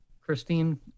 Christine